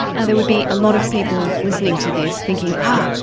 and there would be a lot of people listening to this thinking ah,